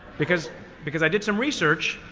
because because i did some research,